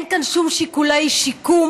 אין כאן שום שיקולי שיקום,